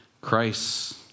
Christ